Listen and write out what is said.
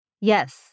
Yes